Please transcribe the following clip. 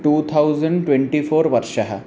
two thousand twenty four वर्षः